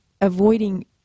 avoiding